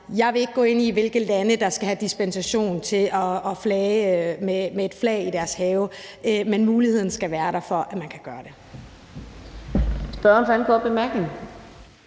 Jeg vil ikke gå ind i, hvilke folk der skal have dispensation til at flage med deres landes flag i deres have. Men muligheden skal være der for, at man kan gøre det.